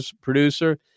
producer